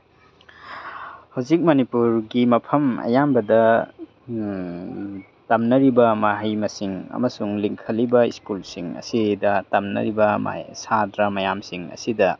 ꯍꯧꯖꯤꯛ ꯃꯅꯤꯄꯨꯔꯒꯤ ꯃꯐꯝ ꯑꯌꯥꯝꯕꯗ ꯇꯝꯅꯔꯤꯕ ꯃꯍꯩ ꯃꯁꯤꯡ ꯑꯃꯁꯨꯡ ꯂꯤꯡꯈꯠꯂꯤꯕ ꯁ꯭ꯀꯨꯜꯁꯤꯡ ꯑꯁꯤꯗ ꯇꯝꯅꯔꯤꯕ ꯃꯥꯒꯤ ꯁꯥꯇ꯭ꯔ ꯃꯌꯥꯝꯁꯤꯡ ꯑꯁꯤꯗ